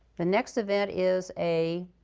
the next event is a